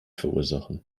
verursachen